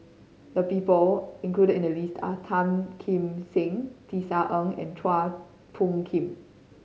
the people included in the list are Tan Kim Seng Tisa Ng and Chua Phung Kim